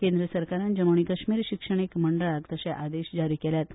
केंद्र सरकारान जम्मू आनी कश्मीर शिक्षणीक मंडळाक तशें आदेश जारी केल्यात